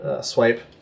swipe